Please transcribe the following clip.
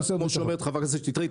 כפי שאומרת חברת הכנסת שטרית,